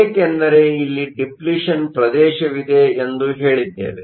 ಏಕೆಂದರೆ ಇಲ್ಲಿ ಡಿಪ್ಲಿಷನ್Depletion ಪ್ರದೇಶವಿದೆ ಎಂದು ಹೇಳಿದ್ದೇವೆ